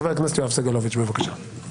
חבר הכנסת יואב סגלוביץ', בבקשה.